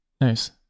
Nice